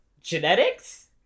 genetics